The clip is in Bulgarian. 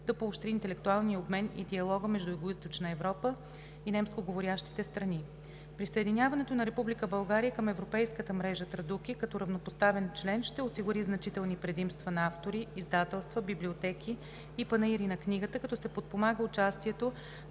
да поощри интелектуалния обмен и диалога между Югоизточна Европа и немско говорящите страни. Присъединяването на Република България към Европейската мрежа „Традуки“ като равноправен член ще осигури значителни предимства на автори, издателства, библиотеки и панаири на книгата, като се подпомага участието